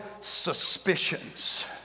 suspicions